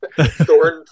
thorn